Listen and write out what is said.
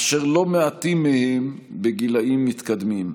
אשר לא מעטים מהם בגילים מתקדמים.